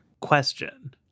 question